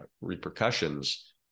repercussions